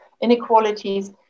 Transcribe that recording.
inequalities